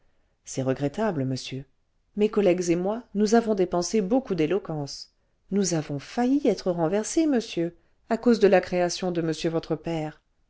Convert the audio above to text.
c'est regrettable monsieur mes collègues et moi nous avons dépensé beaucoup d'éloquence nous avons failli être renversés monsieur à cause de la création de monsieur votre père